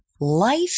life